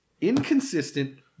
Inconsistent